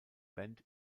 band